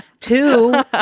Two